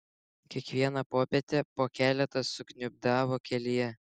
kiekvieną popietę po keletą sukniubdavo kelyje